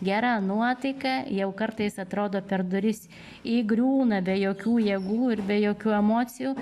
gera nuotaika jau kartais atrodo per duris įgriūna be jokių jėgų ir be jokių emocijų